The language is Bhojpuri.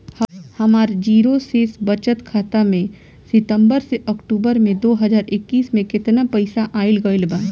हमार जीरो शेष बचत खाता में सितंबर से अक्तूबर में दो हज़ार इक्कीस में केतना पइसा आइल गइल बा?